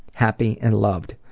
happy, and loved.